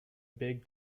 big